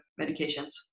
medications